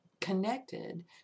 connected